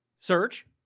search